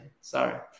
Sorry